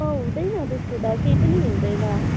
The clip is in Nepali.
उम् हुँदैन त्यस्तो त केही पनि हुँदैन